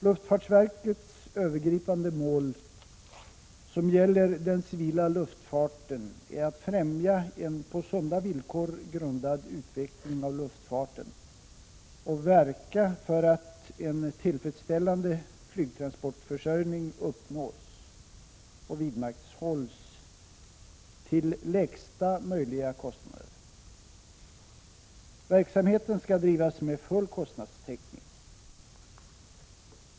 Luftfartsverkets övergripande mål som gäller den civila luftfarten är att främja en på sunda villkor grundad utveckling av luftfarten och verka för att en tillfredsställande flygtransportförsörjning uppnås och vidmakthålls till lägsta möjliga kostnader. Verksamheten skall drivas med full kostnadstäckning.